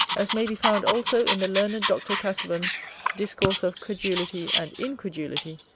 as may be found also in the learned dr. casaubon's discourse of credulity and incredulity,